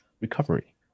recovery